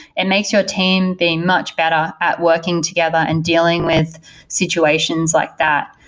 it makes your team being much better at working together and dealing with situations like that.